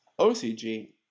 OCG